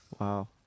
Wow